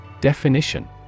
Definition